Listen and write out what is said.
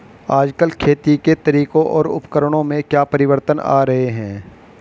आजकल खेती के तरीकों और उपकरणों में क्या परिवर्तन आ रहें हैं?